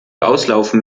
auslaufen